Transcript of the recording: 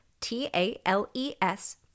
T-A-L-E-S